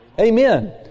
Amen